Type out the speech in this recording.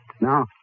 Now